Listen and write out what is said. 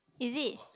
is it